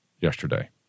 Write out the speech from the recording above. yesterday